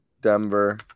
Denver